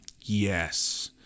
Yes